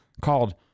called